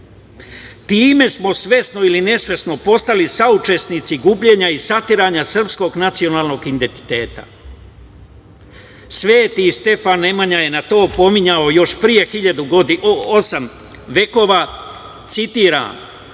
Time smo, svesno ili nesvesno, postali saučesnici gubljenja i satiranja srpskog nacionalnog identiteta. Sveti Stefan Nemanja je na to opominjao još pre osam vekova, citiram: